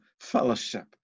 fellowship